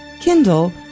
Kindle